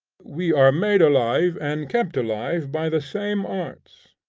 we are made alive and kept alive by the same arts.